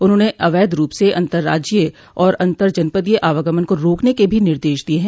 उन्होंने अवैध रूप से अतंर्राज्यीय और अंतरजनपदीय आवागमन को रोकने के भी निर्देश दिये हैं